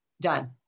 done